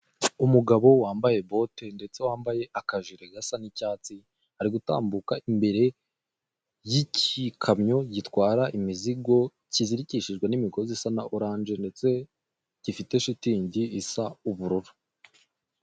Umugabo wambaye bote ndetse wambaye akajiri gasa n'icyatsi ari gutambuka imbere y'igikamyo gitwara imizigo kizirikishijwe n'imugozi isa na oranje ndetse gifite shitingi isa ubururu.